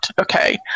okay